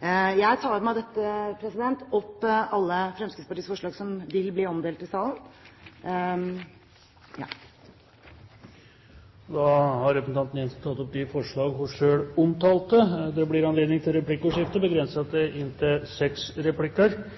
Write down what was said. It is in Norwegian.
Jeg tar med dette opp alle Fremskrittspartiets forslag som vil bli omdelt i salen. Representanten Siv Jensen har tatt opp de forslag hun refererte til. Det blir anledning til replikkordskifte. Jeg la merke til